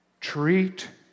treat